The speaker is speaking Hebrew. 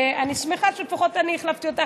ואני שמחה שלפחות אני החלפתי אותך,